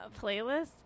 Playlist